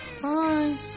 Bye